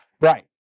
Right